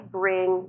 bring